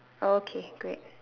okay great